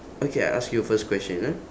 okay I ask you a first question ah